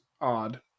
odd